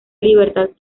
libertad